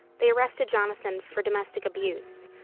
they arrested jonathan for domestic abuse,